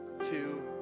two